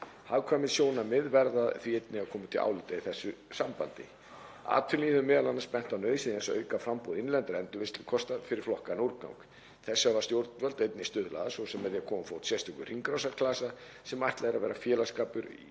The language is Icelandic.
Hagkvæmnissjónarmið verða því einnig að koma til álita í þessu sambandi. Atvinnulífið hefur m.a. bent á nauðsyn þess að auka framboð innlendra endurvinnslukosta fyrir flokkaðan úrgang. Þessu hafa stjórnvöld einnig stuðlað að, svo sem með því að koma á fót sérstökum hringrásarklasa sem ætlað er að vera félagsskapur